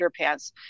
underpants